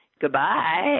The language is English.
Goodbye